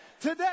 today